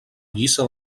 lliça